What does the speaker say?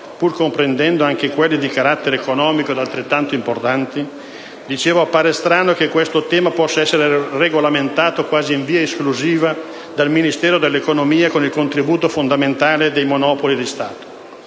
(pur comprendendo anche quelli di carattere economico, e altrettanto importanti), possa essere regolamentato quasi in via esclusiva dal Ministero dell'economia con il contributo fondamentale dei Monopoli di Stato;